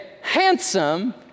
handsome